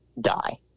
die